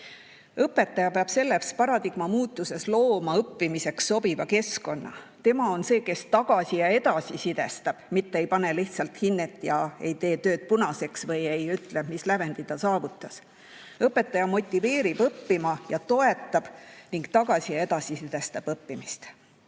õpib. Õpetaja peab selles paradigma muutuses looma õppimiseks sobiva keskkonna. Tema on see, kes tagasi‑ ja edasisidestab, mitte ei pane lihtsalt hinnet ega tee tööd punaseks või ei ütle, mis lävendi ta saavutas. Õpetaja motiveerib õppima ja toetab ning tagasi‑ ja edasisidestab õppimist.